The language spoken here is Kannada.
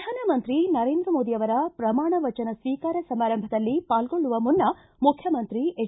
ಪ್ರಧಾನಮಂತ್ರಿ ನರೇಂದ್ರ ಮೋದಿಯವರ ಪ್ರಮಾಣವಚನ ಶ್ವೀಕಾರ ಸಮಾರಂಭದಲ್ಲಿ ಪಾಲ್ಗೊಳ್ಳುವ ಮುನ್ನ ಮುಖ್ಯಮಂತ್ರಿ ಎಚ್